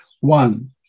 One